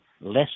less